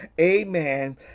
Amen